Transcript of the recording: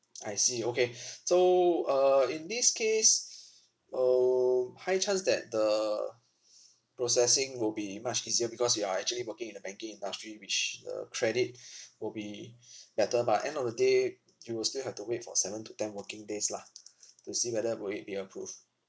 I see okay so uh in this case um high chance that the processing will be much easier because you are actually working in the banking industry which uh credit will be better but end of the day you will still have to wait for seven to ten working days lah to see whether will it be approved